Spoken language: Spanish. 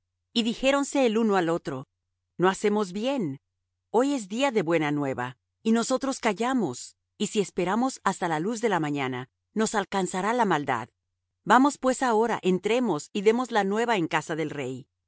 y dijéronse el uno al otro no hacemos bien hoy es día de buena nueva y nosotros callamos y si esperamos hasta la luz de la mañana nos alcanzará la maldad vamos pues ahora entremos y demos la nueva en casa del rey